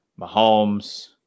Mahomes –